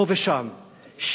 פה ושם,